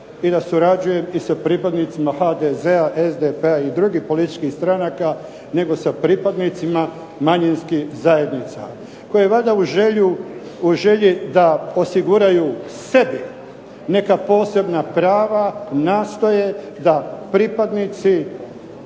i da surađujem i sa pripadnicima HDZ-a, SDP-a i drugih političkih stranaka nego sa pripadnicima manjinskih zajednica koje valjda u želji da osiguraju sebi neka posebna prava nastoje da pripadnici